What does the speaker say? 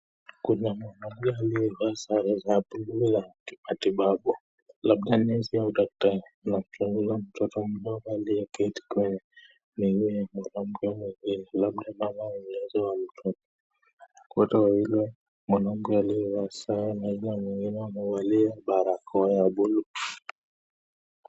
Kuna mwanamume aliyevaa sare za blue ya kimatibabu labda nesi au daktari na anachunguza mtoto mdogo aliyeketi kwenye miguu ya mwanamke mwingine labda mama wa mtoto. Wote wawili mwanamume aliyevaa saa na mwanamke aliyevaa barakoa ya blue .